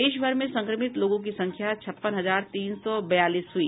देश भर में संक्रमित लोगों की संख्या छप्पन हजार तीन सौ बयालीस हुई